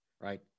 right